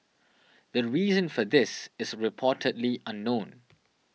the reason for this is reportedly unknown